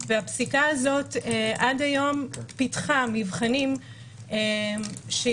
והפסיקה הזאת עד היום פיתחה מבחנים שיאפשרו,